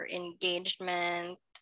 engagement